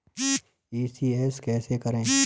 ECS कैसे करें?